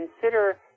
consider